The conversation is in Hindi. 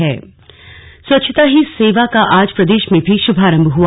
स्लग स्वच्छता पखवाड़ा स्वच्छता ही सेवा का आज प्रदेश में भी शुभारंभ हुआ